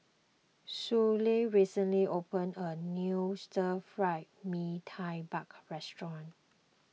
Suellen recently opened a new Stir Fried Mee Tai Mak Restaurant